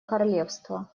королевства